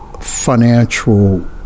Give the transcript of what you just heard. financial